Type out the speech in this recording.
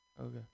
Okay